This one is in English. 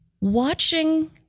watching